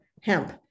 hemp